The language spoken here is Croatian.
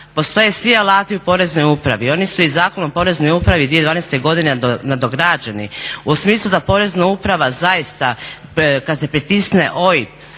postoje svi alati u Poreznoj upravi. Oni su i Zakonom o Poreznoj upravi 2012. godine nadograđeni u smislu da Porezna uprava zaista kad se pritisne OIB